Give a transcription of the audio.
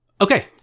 Okay